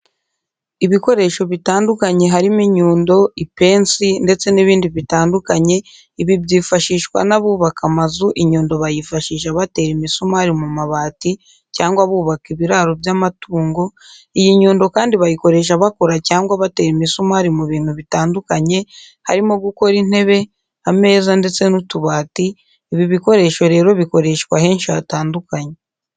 Ibikoresho bitandukanye harimo inyundo, ipensi ndetse n'ibindi bitandukanye, ibi byifashishwa n'abubaka amazu, inyundo bayifashisha batera imisumari mu mabati cyangwa bubaka ibiraro by'amatungo, iyi nyundo kandi bayikoresha bakora cyangwa batera imisumari mu bintu bitandukanye, harimo gukora intebe, ameza, ndetse n'utubati, ibi bikoresho rero bikoreshwa henshi hatandukanye.